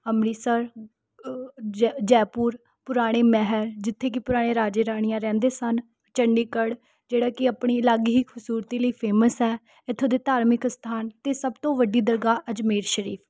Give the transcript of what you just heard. ਅੰਮ੍ਰਿਤਸਰ ਅ ਜੈ ਜੈਪੁਰ ਪੁਰਾਣੇ ਮਹਿਲ ਜਿੱਥੇ ਕਿ ਪੁਰਾਣੇ ਰਾਜੇ ਰਾਣੀਆਂ ਰਹਿੰਦੇ ਸਨ ਚੰਡੀਗੜ੍ਹ ਜਿਹੜਾ ਕਿ ਆਪਣੀ ਅਲੱਗ ਹੀ ਖੂਬਸੂਰਤੀ ਲਈ ਫੇਮਸ ਹੈ ਇੱਥੋਂ ਦੇ ਧਾਰਮਿਕ ਸਥਾਨ ਅਤੇ ਸਭ ਤੋਂ ਵੱਡੀ ਦਰਗਾਹ ਅਜਮੇਰ ਸ਼ਰੀਫ